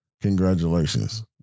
Congratulations